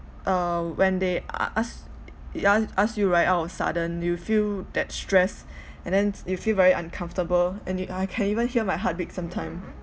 uh when they a~ ask ya they ask you right out of a sudden you feel that stress and then you feel very uncomfortable and you I can even hear my heartbeat some time